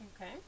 Okay